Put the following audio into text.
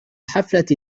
حفلة